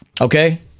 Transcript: Okay